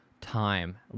time